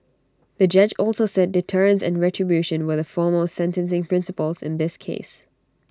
the judge also said deterrence and retribution were the foremost sentencing principles in this case